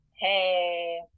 Hey